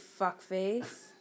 fuckface